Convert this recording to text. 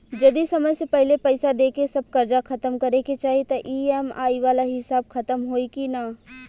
जदी समय से पहिले पईसा देके सब कर्जा खतम करे के चाही त ई.एम.आई वाला हिसाब खतम होइकी ना?